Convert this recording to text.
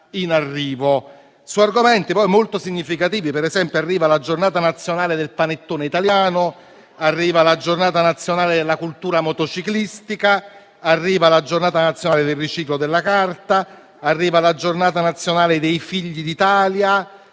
su argomenti molto significativi. Per esempio, arriveranno la Giornata nazionale del panettone italiano, la Giornata nazionale della cultura motociclistica, la Giornata nazionale del riciclo della carta, la Giornata nazionale dei figli d'Italia